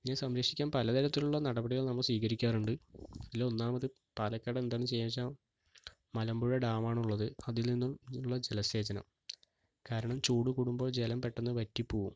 കൃഷിയെ സംരക്ഷിക്കാൻ പലതരത്തിലുള്ള നടപടികൾ നമ്മൾ സ്വീകരിക്കാറുണ്ട് അതിൽ ഒന്നാമത് പാലക്കാട് എന്താണ് ചെയ്യുന്നതെന്ന് വച്ചാൽ മലമ്പുഴ ഡാം ആണ് ഉള്ളത് അതില് നിന്നുള്ള ജലസേചനം കാരണം ചൂട് കൂടുമ്പോൾ ജലം പെട്ടെന്ന് വറ്റി പോകും